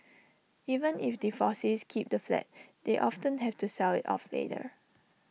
even if divorcees keep the flat they often have to sell IT off later